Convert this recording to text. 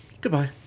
Goodbye